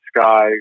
Sky